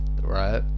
right